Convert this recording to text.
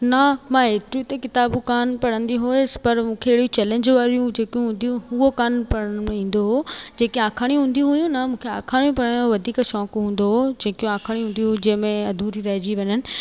न मां एतिरियूं त किताबूं कोन पढ़ंदी हुअसि पर मूंखे अहिड़ी चैलेंज वारियूं जेकियूं हूंदी उहे कोन पढ़ण में ईंदो हुओ जेके अखाणियूं हूंदी हुयूं न मूंखे अखाणियूं परण वधीक शौक़ु हूंदो हुओ जेके अखाणियूं हूंदी हुयूं जंहिंमे अधूरी रहिजी वञनि